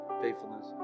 faithfulness